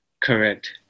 Correct